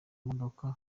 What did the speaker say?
modoka